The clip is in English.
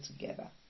together